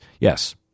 yes